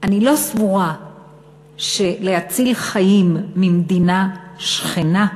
אני לא סבורה שלהציל חיים ממדינה שכנה,